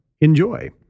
Enjoy